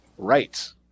Right